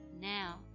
Now